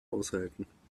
aushalten